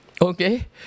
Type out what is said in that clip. Okay